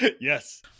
Yes